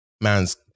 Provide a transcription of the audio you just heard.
man's